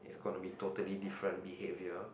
it's going to be totally different behaviour